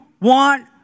want